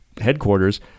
headquarters